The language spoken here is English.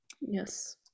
yes